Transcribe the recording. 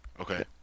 Okay